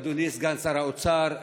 אדוני סגן שר האוצר,